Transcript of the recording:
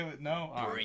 No